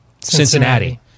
Cincinnati